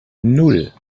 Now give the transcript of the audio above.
nan